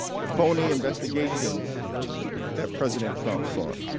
the phony investigations that president trump sought.